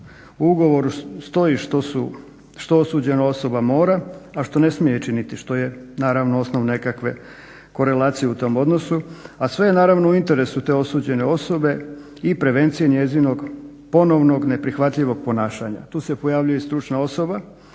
U ugovoru što osuđena osoba mora a što ne smije činiti što je naravno osnov nekakve korelacije u tom odnosu, a sve je naravno u interesu te osuđene osobe i prevencije njezinog ponovnog neprihvatljivog ponašanja. Tu se pojavljuje stručna osoba